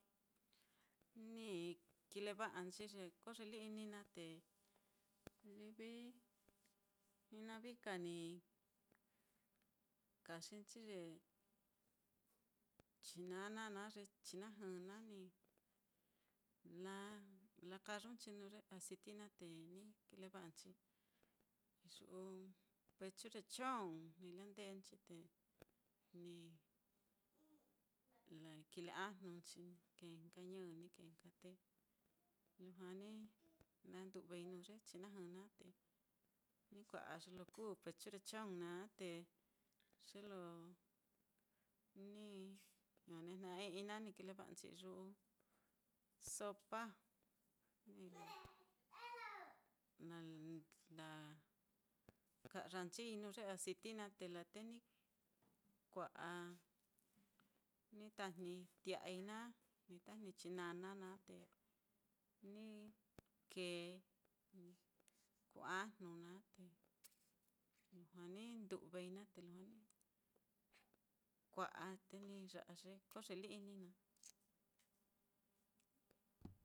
Ni kileva'anchi ye koyeli-ini naá, te livi jinavika ni kaxi nchi ye chinana naá, ye chinajɨ naá ni nala kayunchi nuu ye aciti naá, te ni kileva'anchi iyu'u pechu ye chong, ni landenchi te ni kile ajnunchi ni kee nka ñi ni kee nka, te lujua ni na ndu'vei nuu ye chinajɨ, te ni kua'a ye lo kuu pechu ye chong naá, te ye lo niño ne'eja'a i'ii naá ni kileva'anchi iyu'u sopa na la ka'yanchii nuu ye aciti naá, te laa te ni kua'a, ni tajni tia'ai naá, ni tajni chinana naá, te ni kee, ni kuu ajnu naá, te lujua ni ndu'vei naá, te lujua ni kua'a te ni ya'a ye koyeli-ini naá.